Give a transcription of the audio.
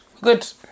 Good